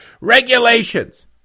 Regulations